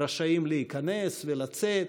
רשאים להיכנס ולצאת,